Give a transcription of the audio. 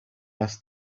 asked